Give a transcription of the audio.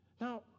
Now